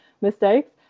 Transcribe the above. mistakes